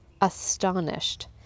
astonished